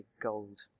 gold